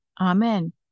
amen